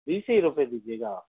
बीस ही रुपये दीजिएगा